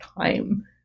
time